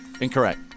Incorrect